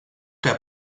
der